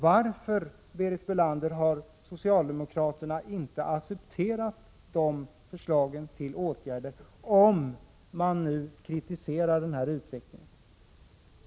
Varför, Berit Bölander, har socialdemokraterna inte accepterat dessa förslag till åtgärder, om socialdemokraterna nu inte är nöjda med den utveckling vi har och har haft?